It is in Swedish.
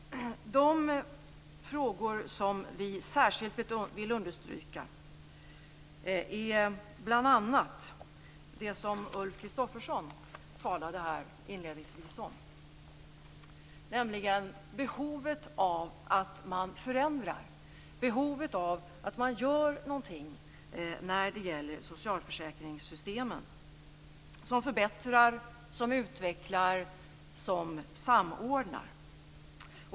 De frågor som vi särskilt vill understryka är bl.a. det som Ulf Kristersson talade om inledningsvis, nämligen behovet av att man förändrar, behovet av att man gör någonting när det gäller socialförsäkringssystemen, som förbättrar, som utvecklar och som samordnar.